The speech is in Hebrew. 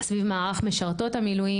סביב מערך משרתות המילואים.